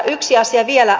yksi asia vielä